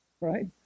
Right